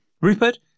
Rupert